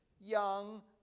young